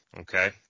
okay